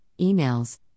emails